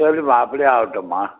சரிம்மா அப்படியே ஆகட்டும்மா